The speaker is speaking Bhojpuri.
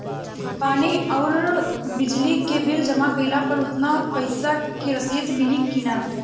पानी आउरबिजली के बिल जमा कईला पर उतना पईसा के रसिद मिली की न?